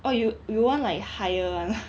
oh you you want like higher [one] ah